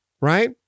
right